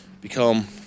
become